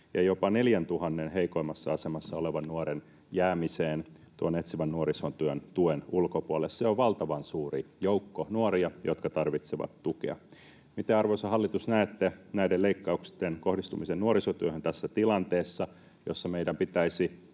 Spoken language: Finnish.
ja jopa 4 000:n heikoimmassa asemassa olevan nuoren jäämiseen etsivän nuorisotyön tuen ulkopuolelle. Se on valtavan suuri joukko nuoria, jotka tarvitsevat tukea. Miten, arvoisa hallitus, näette näiden leikkausten kohdistumisen nuorisotyöhön tässä tilanteessa, jossa meidän pitäisi